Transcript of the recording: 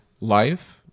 life